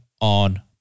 on